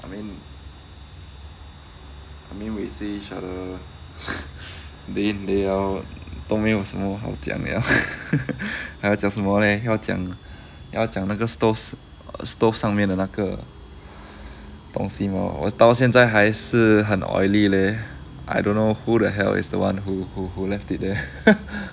I mean I mean we see each other day in day ou 都没有什么好讲了 还要讲什么咧要讲要讲那个 stove stoves 上面的那个东西吗我到现在还是很 oily leh I don't know who the hell is the one who who who left it there